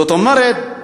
זאת אומרת,